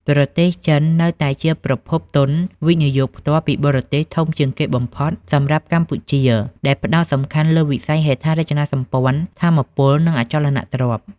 ប្រទេសចិននៅតែជាប្រភពទុន វិនិយោគផ្ទាល់ពីបរទេស ធំជាងគេបំផុតសម្រាប់កម្ពុជា ដែលផ្ដោតសំខាន់លើវិស័យហេដ្ឋារចនាសម្ព័ន្ធ ថាមពល និងអចលនទ្រព្យ។